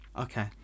Okay